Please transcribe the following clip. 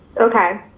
okay.